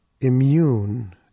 immune